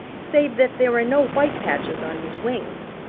save that there are no white patches on his wings.